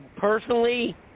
Personally